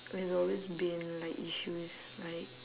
there's always been like issues like